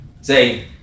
say